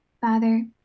father